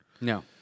No